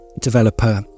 developer